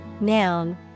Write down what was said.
noun